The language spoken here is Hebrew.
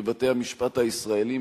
בבתי-המשפט הישראליים,